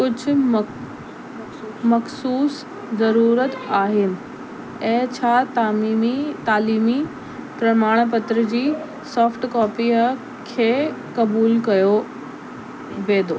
कुझु मख मख़सूसु ज़रूरत आहिनि ऐं छा तामीनी तालीमी प्रमाणपत्र जी सॉफ्टकॉपीअ खे क़बूल कयो वेदो